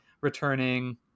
returning